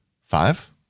Five